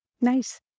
Nice